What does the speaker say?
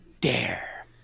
dare